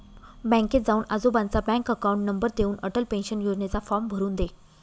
बँकेत जाऊन आजोबांचा बँक अकाउंट नंबर देऊन, अटल पेन्शन योजनेचा फॉर्म भरून दे